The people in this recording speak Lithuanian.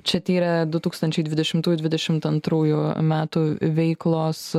čia tyrė du tūkstančiai dvidešimtųjų dvidešimt antrųjų metų veiklos